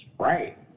Right